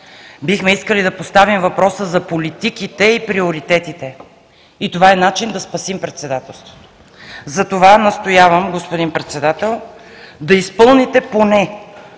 Бихме искали да поставим въпроса за политиките и приоритетите и това е начин да спасим председателството. Затова настоявам, господин Председател, да изпълните поне